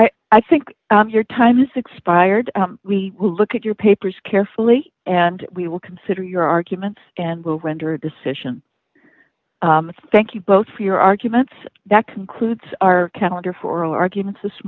idea i think your time is expired we will look at your papers carefully and we will consider your arguments and will render a decision thank you both for your arguments that concludes our calendar for arguments this